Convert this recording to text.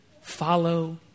follow